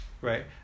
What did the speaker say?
right